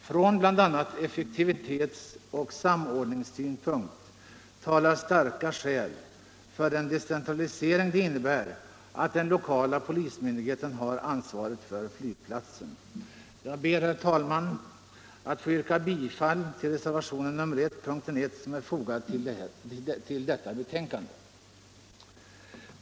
Från bl.a. effektivitetsoch samordningssynpunkt talar starka skäl för den decentralisering det innebär att den lokala polismyndigheten har ansvaret för flygplatsen. Jag ber, herr talman, att få yrka bifall till reservationen 1 vid punkten 1 i detta betänkande.